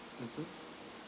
mmhmm